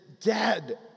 dead